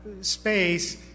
space